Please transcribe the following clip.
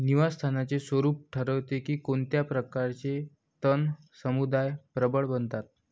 निवास स्थानाचे स्वरूप ठरवते की कोणत्या प्रकारचे तण समुदाय प्रबळ बनतात